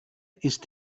ist